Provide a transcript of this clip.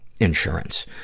insurance